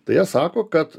tai jie sako kad